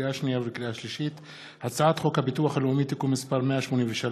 לקריאה שנייה ולקריאה שלישית: הצעת חוק הביטוח הלאומי (תיקון מס' 183),